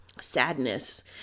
sadness